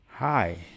Hi